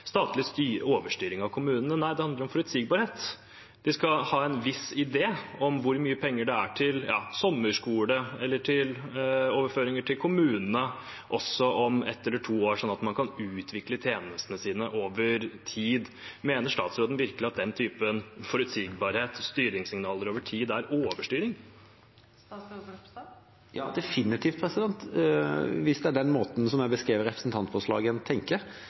statlig overstyring av kommunene, det handler om forutsigbarhet. De skal ha en viss idé om hvor mye penger det er til sommerskole eller til overføringer til kommunene også om ett eller to år, så man kan utvikle tjenestene sine over tid. Mener statsråden virkelig at den typen forutsigbarhet – styringssignaler over tid – er overstyring? Ja, definitivt, hvis det er på den måten som er beskrevet i representantforslaget, man tenker.